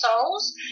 souls